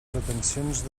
pretensions